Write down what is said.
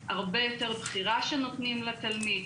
הרבה יותר בחירה שנותנים לתלמיד.